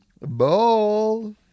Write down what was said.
Ball